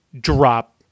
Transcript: drop